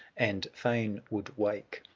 and fain would wake,